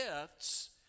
gifts